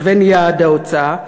לבין יעד ההוצאה,